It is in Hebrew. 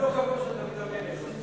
וגם לא קבור שם דוד המלך.